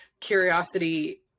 curiosity